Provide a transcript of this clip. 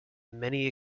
many